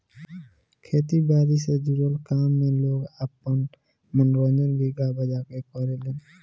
खेती बारी से जुड़ल काम में लोग आपन मनोरंजन भी गा बजा के करेलेन